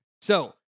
So-